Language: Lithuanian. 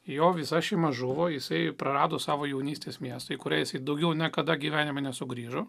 jo visa šeima žuvo jisai prarado savo jaunystės miestą į kurią jisai daugiau niekada gyvenime nesugrįžo